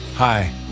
Hi